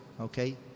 Okay